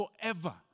forever